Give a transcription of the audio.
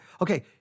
Okay